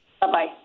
Bye-bye